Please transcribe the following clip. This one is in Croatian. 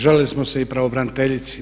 Žalili smo se i pravobraniteljici.